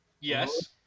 yes